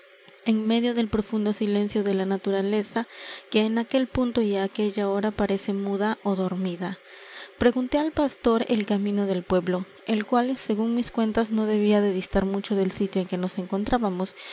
en medio del profundo silencio de la naturaleza que en aquel punto y á aquella hora parece muda ó dormida pregunté al pastor el camino del pueblo el cual según mis cuentas no debía de distar mucho del sitio en que nos encontrábamos